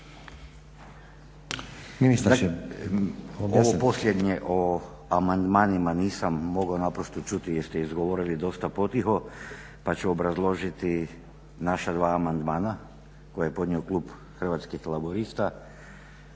Ovo posljednje o amandmanima nisam mogao naprosto čuti jer ste izgovorili dosta potiho pa ću obrazložiti naša dva amandmana koje je podnio klub Hrvatskih laburista